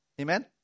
Amen